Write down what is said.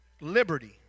liberty